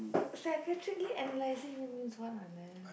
secretarially analysing it means what Anand